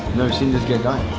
seen this get done